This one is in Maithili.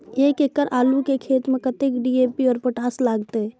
एक एकड़ आलू के खेत में कतेक डी.ए.पी और पोटाश लागते?